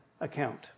account